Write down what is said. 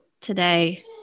today